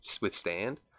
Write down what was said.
withstand